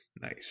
Nice